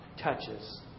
touches